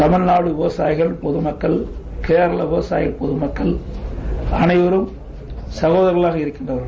தமிழ்நாடு விவசாயிகள் பொதுமக்கள் கேரள விவசாயிகள் பொதுமக்கள் அனைவரும் சகோதரராக இருக்கின்றார்கள்